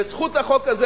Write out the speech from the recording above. בזכות החוק הזה,